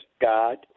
God